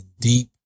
deep